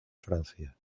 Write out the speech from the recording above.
francia